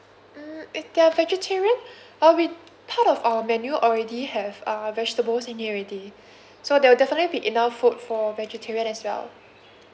um uh there are vegetarian uh we part of our menu already have uh vegetables in here already so that will definitely be enough food for vegetarian as well